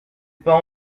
pas